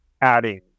adding